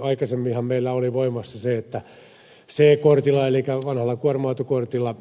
aikaisemminhan meillä oli voimassa se että c kortilla elikkä vanhalla kuorma autokortilla